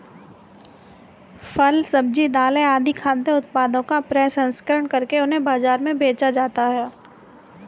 फल, सब्जी, दालें आदि खाद्य उत्पादनों का प्रसंस्करण करके उन्हें बाजार में बेचा जाता है